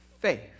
faith